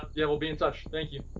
yeah, we'll be in touch. thank you.